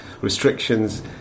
restrictions